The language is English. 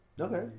Okay